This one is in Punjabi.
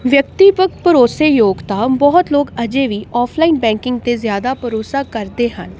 ਵਿਅਕਤੀਗਤ ਭਰੋਸੇਯੋਗਤਾ ਬਹੁਤ ਲੋਕ ਅਜੇ ਵੀ ਆਫਲਾਈਨ ਬੈਂਕਿੰਗ 'ਤੇ ਜ਼ਿਆਦਾ ਭਰੋਸਾ ਕਰਦੇ ਹਨ